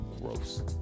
Gross